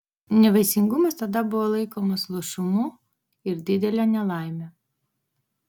nevaisingumas tada buvo laikomas luošumu ir didele nelaime